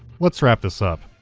let's wrap this up.